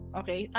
okay